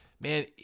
man